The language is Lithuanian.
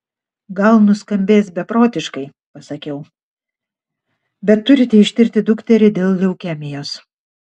gal nuskambės beprotiškai pasakiau bet turite ištirti dukterį dėl leukemijos